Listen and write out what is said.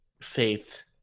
faith